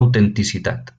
autenticitat